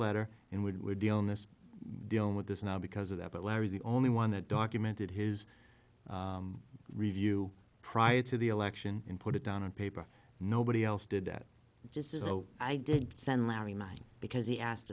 letter and we're dealing this dealing with this now because of that but larry's the only one that documented his review prior to the election and put it down on paper nobody else did that just so i did send larry mad because he asked